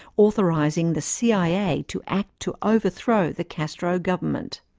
authorising the cia to act to overthrow the castro government.